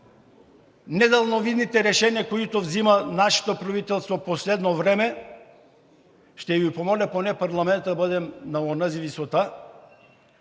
недалновидните решения, които взима нашето правителство в последно време, ще Ви помоля поне парламентът да бъдем на онази висота